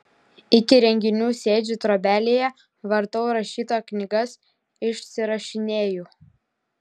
iki renginių sėdžiu trobelėje vartau rašytojo knygas išsirašinėju